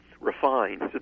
refined